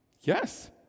yes